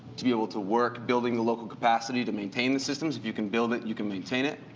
to be able to work building local capacity to maintain the systems. if you can build it, you can maintain it.